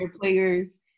players